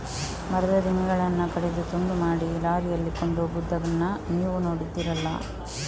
ಮರದ ದಿಮ್ಮಿಗಳನ್ನ ಕಡಿದು ತುಂಡು ಮಾಡಿ ಲಾರಿಯಲ್ಲಿ ಕೊಂಡೋಗುದನ್ನ ನೀವು ನೋಡಿದ್ದೀರಲ್ಲ